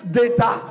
data